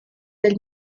del